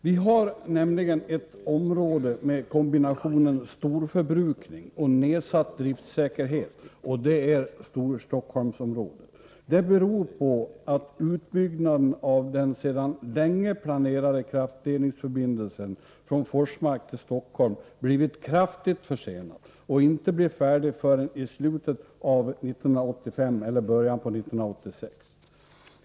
Vi har nämligen ett område med kombinationen storförbrukning och nedsatt driftsäkerhet, och det är Storstockholmsområdet. Det beror på att utbyggnaden av den sedan länge planerade kraftledningsförbindelsen från Forsmark till Stockholm blivit kraftigt försenad, och den kommer inte att bli färdig förrän i slutet av 1985 eller i början av 1986.